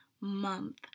Month